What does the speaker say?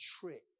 tricked